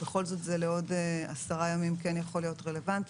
בכל זאת זה לעוד עשרה ימים כן יכול להיות רלוונטי.